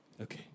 Okay